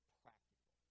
practical